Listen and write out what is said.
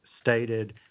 stated